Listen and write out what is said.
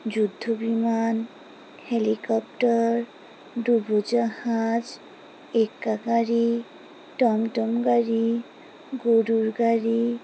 যুদ্ধ বিমান হেলিকপ্টার ডুবো জাহাজ এক্কাগাড়ি টমটম গাড়ি গরুর গাড়ি